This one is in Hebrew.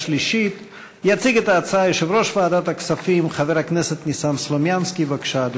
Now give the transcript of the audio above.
מאת חברי הכנסת יואל רזבוזוב, עמרם מצנע, עדי